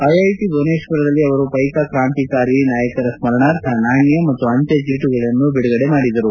IIT ಭುವನೇತ್ವರದಲ್ಲಿ ಅವರು ಪೈಕಾ ಕ್ರಾಂತಿಕಾರಿ ನಾಯಕರ ಸ್ಪರಣಾರ್ಥ ನಾಣ್ಣ ಮತ್ತು ಅಂಚೆಚೀಟಗಳನ್ನು ಬಿಡುಗಡೆ ಮಾಡಿದರು